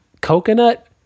coconut